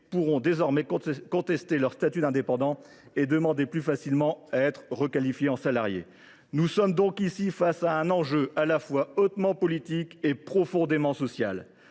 pourront désormais contester leur statut d’indépendant et demander plus facilement à être requalifiés en salariés. Nous sommes ici face à un enjeu hautement politique et profondément social